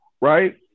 right